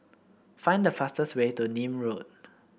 find the fastest way to Nim Road